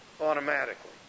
Automatically